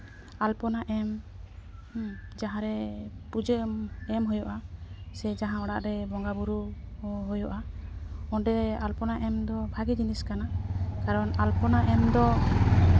ᱟᱞᱯᱚᱱᱟ ᱮᱢ ᱡᱟᱦᱟᱸᱨᱮ ᱯᱩᱡᱟᱹ ᱮᱢ ᱮᱢ ᱦᱩᱭᱩᱜᱼᱟᱥᱮ ᱡᱟᱦᱟᱸ ᱚᱲᱟᱜ ᱨᱮ ᱵᱚᱸᱜᱟᱼᱵᱳᱨᱳ ᱦᱩᱭᱩᱜᱼᱟ ᱚᱸᱰᱮ ᱟᱞᱯᱚᱱᱟ ᱮᱢ ᱫᱚ ᱵᱷᱟᱜᱮ ᱡᱤᱱᱤᱥ ᱠᱟᱱᱟ ᱠᱟᱨᱚᱱ ᱟᱞᱯᱚᱱᱟ ᱮᱢ ᱫᱚ